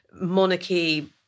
monarchy